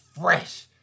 fresh